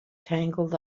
tangled